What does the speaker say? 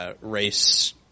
Race